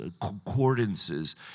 concordances